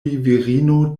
virino